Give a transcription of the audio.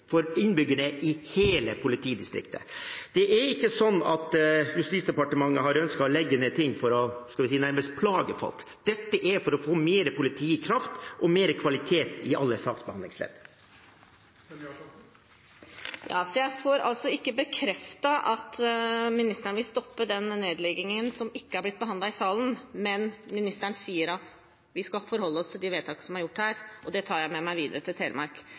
for innbyggerne i hele politidistriktet. Det er ikke sånn at Justisdepartementet har ønsket å legge ned ting for nærmest å plage folk, det er for å få mer politikraft og bedre kvalitet i alle saksbehandlingsledd. Jeg får altså ikke bekreftet at justisministeren vil stoppe den nedleggingen som ikke er blitt behandlet i salen, men han sier at vi skal forholde oss til de vedtakene som er fattet her. Det tar jeg med meg videre til Telemark.